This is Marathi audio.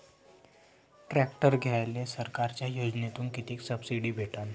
ट्रॅक्टर घ्यायले सरकारच्या योजनेतून किती सबसिडी भेटन?